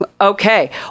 Okay